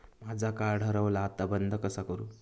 माझा कार्ड हरवला आता बंद कसा करू?